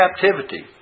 captivity